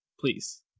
please